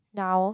now